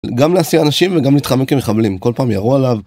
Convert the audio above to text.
‫גם להסיע אנשים וגם להתחמק ‫כמחבלים, כל פעם ירו עליו.